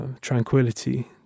tranquility